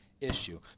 issue